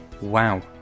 Wow